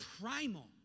primal